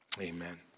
amen